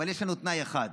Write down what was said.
אבל יש לנו תנאי אחד: